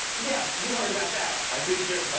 yeah, you heard about that. i did hear but